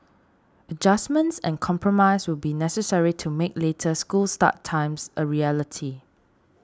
adjustments and compromise will be necessary to make later school start times a reality